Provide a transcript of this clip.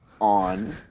on